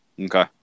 Okay